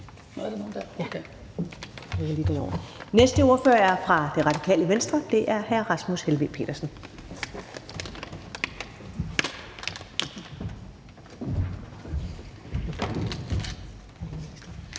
til ordføreren. Den næste ordfører er fra Det Radikale Venstre, og det er hr. Rasmus Helveg Petersen.